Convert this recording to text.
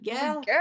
girl